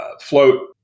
float